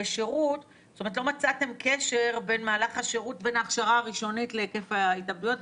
שלא מצאתם קשר בין ההכשרה הראשונית להיקף ההתאבדויות.